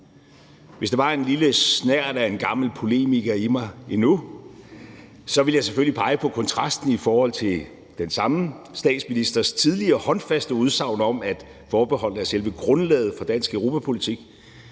Hvis der var en lille snert af en gammel polemiker i mig endnu, ville jeg selvfølgelig pege på kontrasten i forhold til den samme statsministers tidligere håndfaste udsagn om, at forbeholdene er selve grundlaget for dansk europapolitik